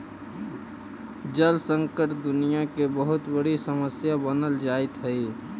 जल संकट दुनियां के बहुत बड़ी समस्या बनल जाइत हई